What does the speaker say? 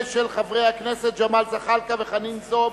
של חברי הכנסת ג'מאל זחאלקה וחנין זועבי,